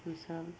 हमसभ